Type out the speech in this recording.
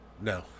No